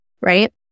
right